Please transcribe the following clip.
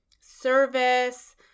service